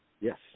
yes